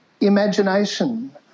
imagination